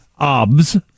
obs